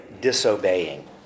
disobeying